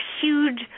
huge